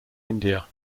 india